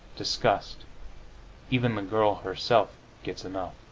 disgust even the girl herself gets enough.